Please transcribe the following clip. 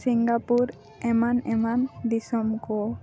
Singapore ᱮᱢᱟᱱ ᱮᱢᱟᱱ ᱫᱤᱥᱚᱢ ᱠᱚ